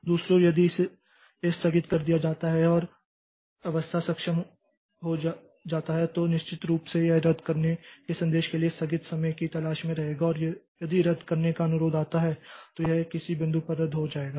दूसरी ओर यदि इसे स्थगित कर दिया जाता है और अवस्था सक्षम हो जाता है तो निश्चित रूप से यह रद्द करने के संदेश के लिए स्थगित समय की तलाश में रहेगा और यदि रद्द करने का अनुरोध आता है तो यह किसी बिंदु पर रद्द हो जाएगा